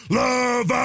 love